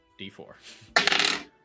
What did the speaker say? D4